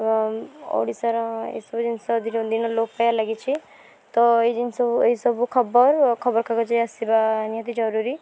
ଓ ଓଡ଼ିଶାର ଏସବୁ ଜିନିଷ ଦିନକୁ ଦିନ ଲୋପ ପାଇବାରେ ଲାଗିଛି ତ ଏଇ ଜିନିଷ ଏଇ ସବୁ ଖବର ଖବର କାଗଜରେ ଆସିବା ନିହାତି ଜରୁରୀ